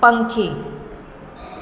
પંખી